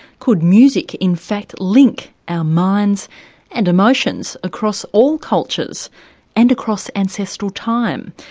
could music in fact link our minds and emotions across all cultures and across ancestral time?